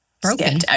broken